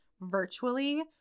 virtually